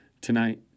tonight